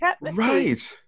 right